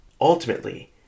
Ultimately